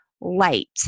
light